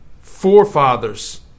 forefathers